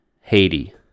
Haiti